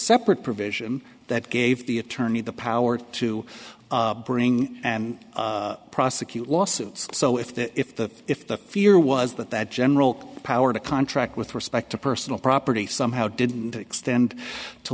separate provision that gave the attorney the power to bring and prosecute lawsuits so if the if the if the fear was that that general power to contract with respect to personal property somehow didn't extend to